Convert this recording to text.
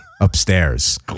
upstairs